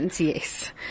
yes